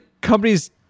companies